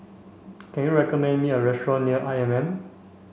can you recommend me a restaurant near I M M